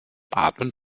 atmen